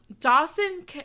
Dawson